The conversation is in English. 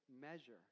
measure